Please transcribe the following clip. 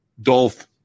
Dolph